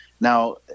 Now